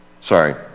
Sorry